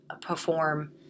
perform